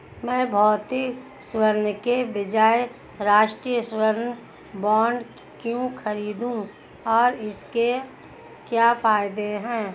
मैं भौतिक स्वर्ण के बजाय राष्ट्रिक स्वर्ण बॉन्ड क्यों खरीदूं और इसके क्या फायदे हैं?